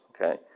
okay